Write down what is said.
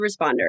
responder